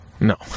No